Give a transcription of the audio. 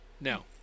now